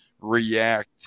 react